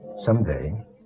Someday